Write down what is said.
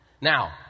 Now